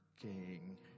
king